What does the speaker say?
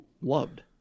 loved